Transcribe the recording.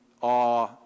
awe